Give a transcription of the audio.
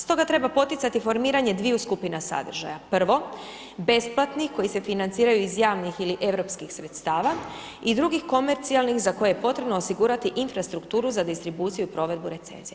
Stoga treba poticati formiranje dviju skupina sadržaja, prvo, besplatni, koji se financiraju iz javnih ili europskih sredstava i drugih komercionalnih za koje je potrebno osigurati infrastrukturu za distribuciju i provedbu recenzije.